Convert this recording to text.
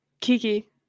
kiki